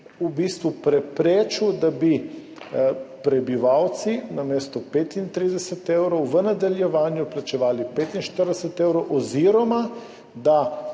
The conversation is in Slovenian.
v bistvu preprečil, da bi prebivalci namesto 35 evrov v nadaljevanju plačevali 45 evrov oziroma da